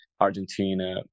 Argentina